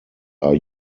are